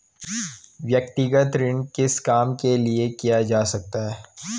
व्यक्तिगत ऋण किस काम के लिए किया जा सकता है?